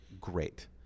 great